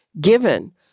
given